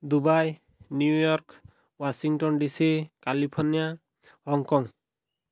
Dubai New York Washington DC California Hong Kong